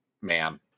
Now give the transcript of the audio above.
man